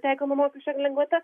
taikoma mokesčio lengvata